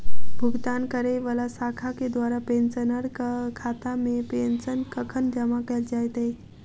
भुगतान करै वला शाखा केँ द्वारा पेंशनरक खातामे पेंशन कखन जमा कैल जाइत अछि